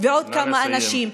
ועוד כמה אנשים.